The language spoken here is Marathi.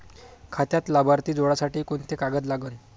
खात्यात लाभार्थी जोडासाठी कोंते कागद लागन?